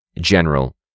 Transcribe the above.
general